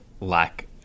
lack